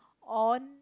on